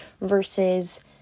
versus